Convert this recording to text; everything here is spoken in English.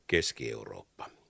Keski-Eurooppa